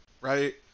right